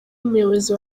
umuyobozi